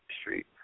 Street